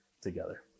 together